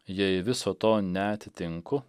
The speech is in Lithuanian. jei viso to neatitinku